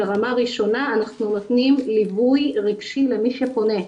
ברמה ראשונה אנחנו נותנים ליווי רגשי למי שפונה.